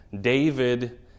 David